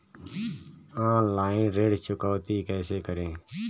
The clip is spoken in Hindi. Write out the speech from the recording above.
ऑनलाइन ऋण चुकौती कैसे करें?